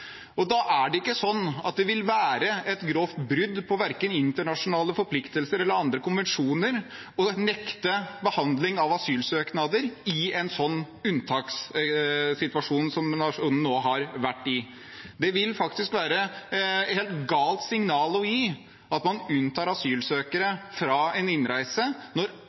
Da er det ikke sånn at det vil være et grovt brudd på verken internasjonale forpliktelser eller andre konvensjoner å nekte behandling av asylsøknader i en sånn unntakssituasjon som man nå har vært i. Det vil faktisk være et helt galt signal å gi at man unntar asylsøkere fra innreiserestriksjoner når